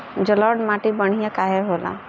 जलोड़ माटी बढ़िया काहे होला?